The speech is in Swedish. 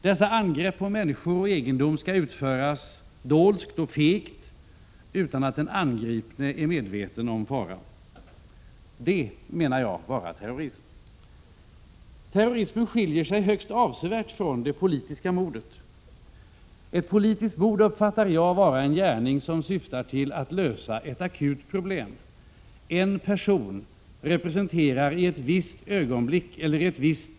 Dessa angrepp på människor och egendom skall utföras dolskt och fegt, utan att den angripne är medveten om faran. Det, menar jag, är terrorism. Terrorismen skiljer sig högst avsevärt från det politiska mordet. Ett politiskt mord uppfattar jag vara en gärning som syftar till att lösa ett akut problem: en person representerar i ett visst ögonblick eller inom en viss — Prot.